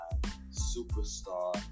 superstar